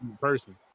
person